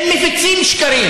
הם מפיצים שקרים